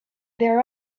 their